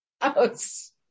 house